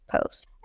post